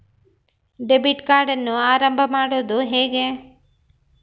Debit ಕಾರ್ಡನ್ನು ಆರಂಭ ಮಾಡೋದು ಹೇಗೆ?